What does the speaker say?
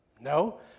No